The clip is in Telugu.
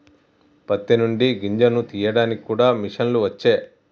పత్తి నుండి గింజను తీయడానికి కూడా మిషన్లు వచ్చే